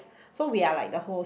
so we're like the host